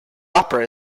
opera